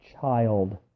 child